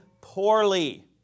poorly